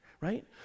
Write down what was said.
right